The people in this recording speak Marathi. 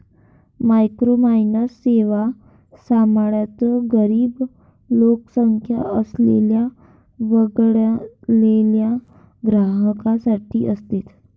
मायक्रोफायनान्स सेवा सामान्यतः गरीब लोकसंख्या असलेल्या वगळलेल्या ग्राहकांसाठी असते